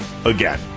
Again